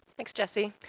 thanks jessie.